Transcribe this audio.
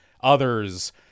others